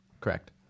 correct